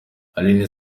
aline